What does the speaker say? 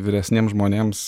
vyresniem žmonėms